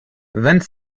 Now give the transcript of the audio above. vingt